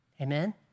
Amen